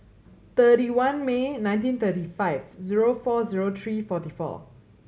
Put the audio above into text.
thirty one May nineteen thirty five zero four zero three forty four